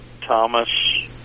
Thomas